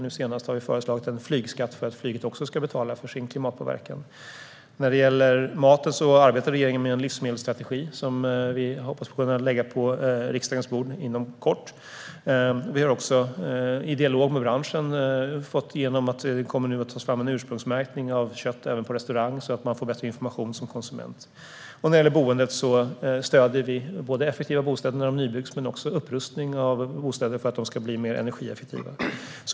Nu senast har vi föreslagit en flygskatt för att flyget också ska betala för sin klimatpåverkan. När det gäller maten arbetar regeringen med en livsmedelsstrategi, som vi hoppas kunna lägga på riksdagens bord inom kort. Vi har också, i dialog med branschen, fått igenom att det ska tas fram en ursprungsmärkning av kött även på restaurang, så att man får bättre information som konsument. Och när det gäller boendet stöder vi både effektiva bostäder vid nybygge och upprustning av bostäder för att de ska bli mer energieffektiva.